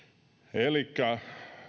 elikkä